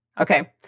okay